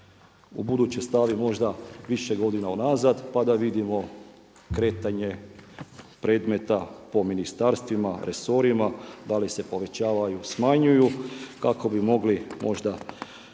ubuduće stavi možda više godina unazad pa da vidimo kretanje predmeta po ministarstvima, resorima da li se povećavaju, smanjuju kako bi mogli možda